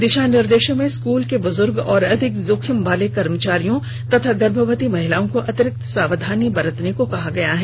दिशा निर्देशों में स्कूल के बुजुर्ग और अधिक जोखिम वाले कर्मचारियों तथा गर्भवती महिलाओं को अतिरिक्त सावधानी बरतने के लिए कहा गया है